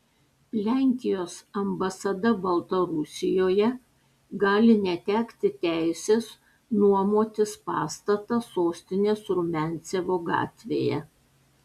lenkijos ambasada baltarusijoje gali netekti teisės nuomotis pastatą sostinės rumiancevo gatvėje